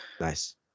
Nice